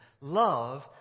Love